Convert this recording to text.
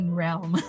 realm